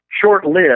short-lived